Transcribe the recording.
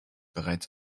bereits